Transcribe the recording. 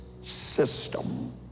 system